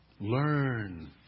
learn